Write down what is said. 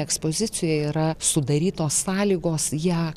ekspozicijoje yra sudarytos sąlygos ją